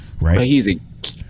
right